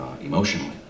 emotionally